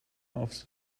aufs